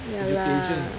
yeah lah